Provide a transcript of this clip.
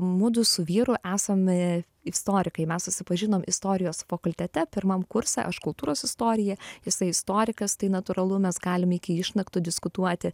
mudu su vyru esam istorikai mes susipažinom istorijos fakultete pirmam kurse aš kultūros istorija jisai istorikas tai natūralu mes galim iki išnaktų diskutuoti